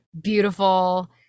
beautiful